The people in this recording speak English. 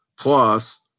Plus